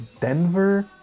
Denver